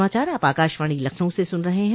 यह समाचार आप आकाशवाणी लखनऊ से सुन रहे हैं